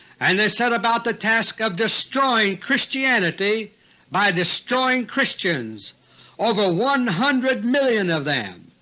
and they set about the task of destroying christianity by destroying christians over one hundred million of them,